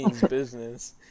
business